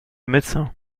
médecins